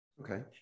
Okay